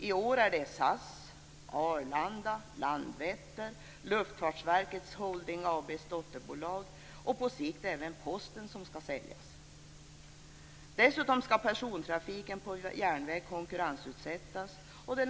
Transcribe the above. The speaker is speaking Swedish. I år är det SAS, Arlanda, Landvetter, Luftfartsverket Holding AB:s dotterbolag och på sikt även Posten som skall säljas.